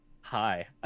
hi